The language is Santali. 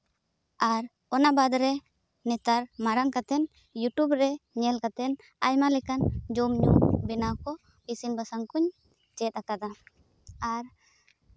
ᱟᱨ ᱚᱱᱟ ᱵᱟᱫ ᱨᱮ ᱱᱮᱛᱟᱨ ᱢᱟᱨᱟᱝ ᱠᱟᱛᱮ ᱤᱭᱩᱴᱩᱵᱽ ᱨᱮ ᱧᱮᱞ ᱠᱟᱛᱮ ᱟᱭᱢᱟ ᱞᱮᱠᱟᱱ ᱡᱚᱢᱼᱧᱩ ᱵᱮᱱᱟᱣ ᱠᱚ ᱤᱥᱤᱱ ᱵᱟᱥᱟᱝ ᱠᱚᱧ ᱪᱮᱫ ᱟᱠᱟᱫᱟ ᱟᱨ